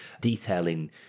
detailing